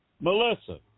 Melissa